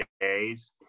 days